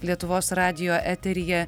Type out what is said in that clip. lietuvos radijo eteryje